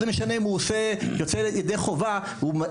זה לא משנה אם הוא יוצא ידי חובה ומלמד